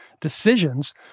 decisions